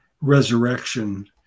resurrection